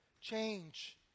change